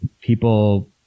people